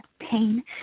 pain